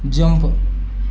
jump